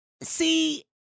See